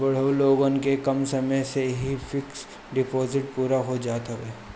बुढ़ऊ लोगन के कम समय में ही फिक्स डिपाजिट पूरा हो जात हवे